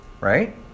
Right